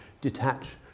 detach